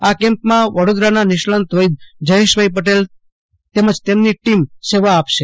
આ કેમ્પમાં વડોદરાના નિષ્ણાંત વૈદ્ય જયેશભાઈ પટેલ તેમજ તેમની ટીમ સેવા આપશે